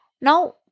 Now